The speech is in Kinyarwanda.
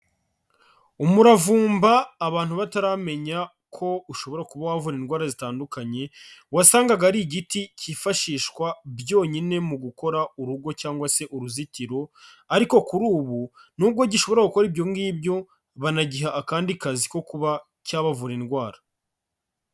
Umuravumba abantu bataramenya ko ushobora kuba wavura indwara zitandukanye, wasangaga ari igiti cyifashishwa byonyine mu gukora urugo cyangwa se uruzitiro, ariko kuri ubu nubwo gishobora gukora n'ibyo ngibyo, banagiha akandi kazi ko kuba cyabavura indwara.